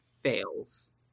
Fails